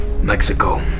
mexico